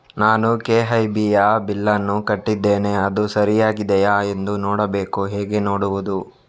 ನಾನು ಕೆ.ಇ.ಬಿ ಯ ಬಿಲ್ಲನ್ನು ಕಟ್ಟಿದ್ದೇನೆ, ಅದು ಸರಿಯಾಗಿದೆಯಾ ಎಂದು ನೋಡಬೇಕು ಹೇಗೆ ನೋಡುವುದು?